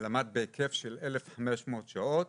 ולמד בהיקף של 1,500 שעות,